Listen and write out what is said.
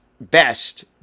best